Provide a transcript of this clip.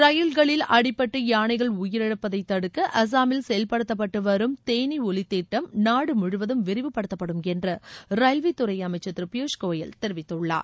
ரயில்களில் அடிப்பட்டு யானைகள் உயிரிழப்பதை தடுக்க அசாமில் செயல்படுத்தப்பட்டு வரும் தேனீ ஒவி திட்டம் நாடு முழுவதும் விரிவுப்படுத்தப்படும் என்று ரயில்வே துறை அமைச்சர் திரு பியுஷ்கோயல் தெரிவித்துள்ளார்